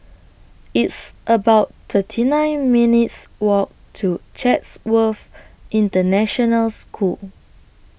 It's about thirty nine minutes Walk to Chatsworth International School